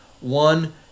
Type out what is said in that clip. one